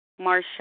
Marsha